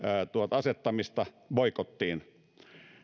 asettamisesta boikottiin